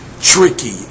tricky